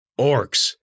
Orcs